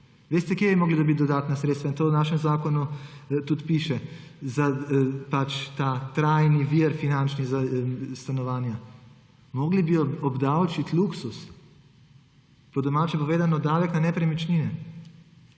Veste, kje bi morali dobiti dodatna sredstva? In to v našem zakonu tudi piše, pač ta trajni vir finančni za stanovanja. Morali bi obdavčiti luksuz, po domače povedano davek na nepremičnine.